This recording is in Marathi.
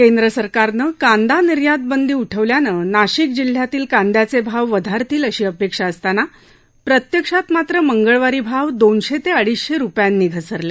केंद्र शासनानं कांदा निर्यात बंदी उठवल्यानं नाशिक जिल्ह्यातील कांद्याचे भाव वधारतील अशी अपेक्षा असताना प्रत्यक्षात मात्र काल भाव दोनशे ते अधीचशे रुपयांनी घसरले